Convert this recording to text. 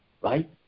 right